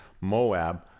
Moab